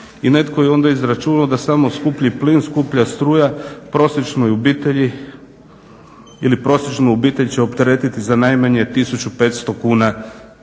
I netko je onda izračunao da samo skuplji plin, skuplja struja prosječnu obitelj će opteretiti za najmanje 1500 kuna